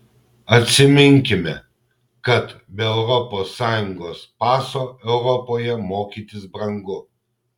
atsiminkime kad be europos sąjungos paso europoje mokytis brangu